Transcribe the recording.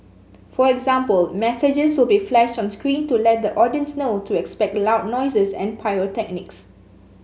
for example messages will be flashed on screen to let the audience know to expect loud noises and pyrotechnics